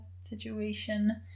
situation